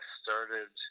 started